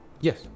Yes